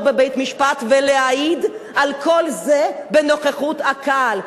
בבית-המשפט ולהעיד על כל זה בנוכחות הקהל.